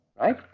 Right